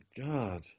God